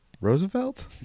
roosevelt